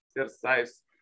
exercise